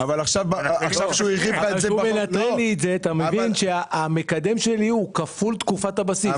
כאשר הוא מנטרל את זה אתה מבין שהמקדם שלי הוא כפול תקופת הבסיס,